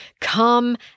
come